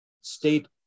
state